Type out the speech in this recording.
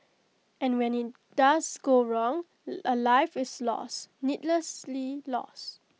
and when IT does go wrong A life is lost needlessly lost